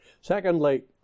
Secondly